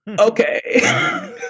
okay